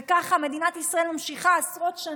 וככה מדינת ישראל ממשיכה עשרות שנים,